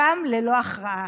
גם ללא הכרעה.